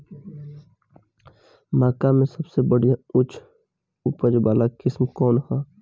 मक्का में सबसे बढ़िया उच्च उपज वाला किस्म कौन ह?